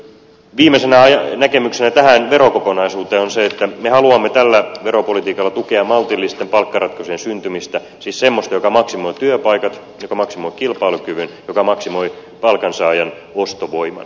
viimeisenä näkemyksenä tähän verokokonaisuuteen on se että me haluamme tällä veropolitiikalla tukea maltillisten palkkaratkaisujen syntymistä siis semmoista joka maksimoi työpaikat joka maksimoi kilpailukyvyn joka maksimoi palkansaajan ostovoiman